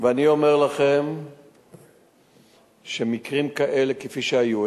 ואני אומר לכם שמקרים כאלה כפי שהיו,